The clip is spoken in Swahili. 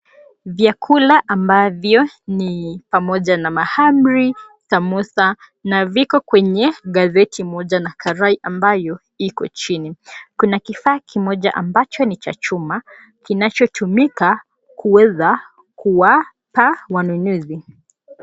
Vyakula ambavyo ni pamoja na mahamri, samosa na viko kwenye gazeti moja na karai ambayo iko chini. Kuna kifaa kimoja ambacho ni cha chuma kinachotumika kuweza kuwapa wananunuzi.